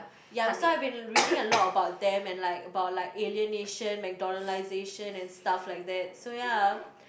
ya so I've been reading a lot about them and like about like alienation McDonaldization and stuff like that so ya